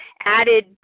added –